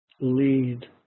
lead